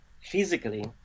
physically